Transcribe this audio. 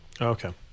Okay